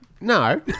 No